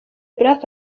black